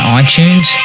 iTunes